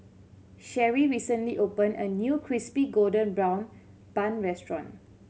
Cherry recently opened a new Crispy Golden Brown Bun restaurant